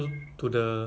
ya